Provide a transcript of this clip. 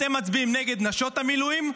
אתם מצביעים נגד נשות המילואים,